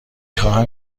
خواهم